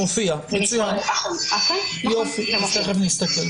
מצוין, אז תיכף נסתכל.